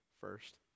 first